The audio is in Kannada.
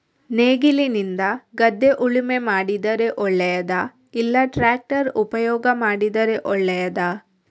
ನೇಗಿಲಿನಿಂದ ಗದ್ದೆ ಉಳುಮೆ ಮಾಡಿದರೆ ಒಳ್ಳೆಯದಾ ಇಲ್ಲ ಟ್ರ್ಯಾಕ್ಟರ್ ಉಪಯೋಗ ಮಾಡಿದರೆ ಒಳ್ಳೆಯದಾ?